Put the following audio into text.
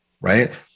right